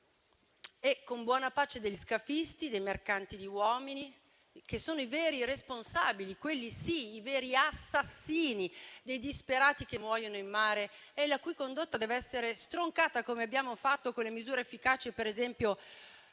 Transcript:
con buona pace degli scafisti, dei mercanti di uomini che sono i veri responsabili - quelli sì -, i veri assassini dei disperati che muoiono in mare e la cui condotta deve essere stroncata, come abbiamo fatto, per esempio,